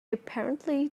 apparently